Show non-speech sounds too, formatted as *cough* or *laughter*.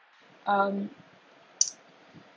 um *noise*